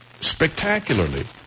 spectacularly